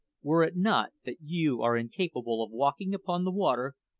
were it not that you are incapable of walking upon the water,